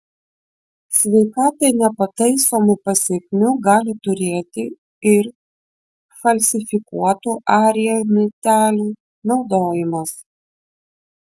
sveikatai nepataisomų pasekmių gali turėti ir falsifikuotų ariel miltelių naudojimas